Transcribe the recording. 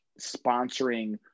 sponsoring